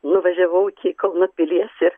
nuvažiavau iki kauno pilies ir